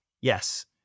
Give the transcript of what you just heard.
Yes